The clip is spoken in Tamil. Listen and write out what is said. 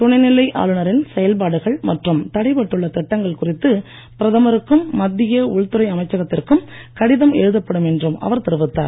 துணைநிலை ஆளுனரின் செயல்பாடுகள் மற்றும் தடைப்பட்டுள்ள திட்டங்கள் குறித்து பிரதமருக்கும் மத்திய உள்துறை அமைச்சகத்திற்கும் கடிதம் எழுதப்படும் என்றும் அவர் தெரிவித்தார்